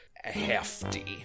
hefty